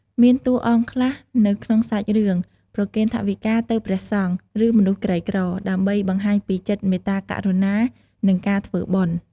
មានតួអង្គខ្លះនៅក្នុងសាច់រឿងប្រគេនថវិកាទៅព្រះសង្ឃ ឬ មនុស្សក្រីក្រ ដើម្បីបង្ហាញពីចិត្តមេត្តាករុណា និង ការធ្វើបុណ្យ។